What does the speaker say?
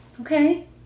Okay